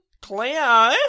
Cleo